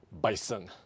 Bison